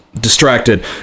Distracted